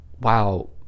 wow